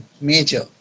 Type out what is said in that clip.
major